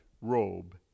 robe